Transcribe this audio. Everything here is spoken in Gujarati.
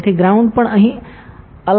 તેથી ગ્રાઉન્ડ પણ અહીં અસાઇન થયેલ છે